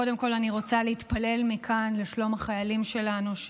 קודם כול אני רוצה להתפלל מכאן לשלום החיילים שלנו,